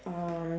uh